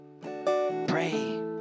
pray